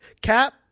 Cap